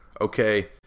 Okay